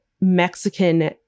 Mexican